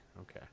Okay